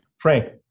Frank